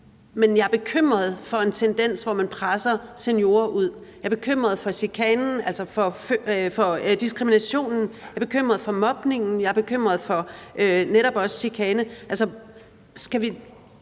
Men jeg er bekymret for en tendens, hvor man presser seniorer ud. Jeg er bekymret for chikanen, altså for diskriminationen. Jeg er bekymret for mobningen. Jeg er netop også bekymret